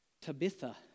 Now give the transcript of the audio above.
Tabitha